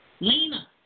Lena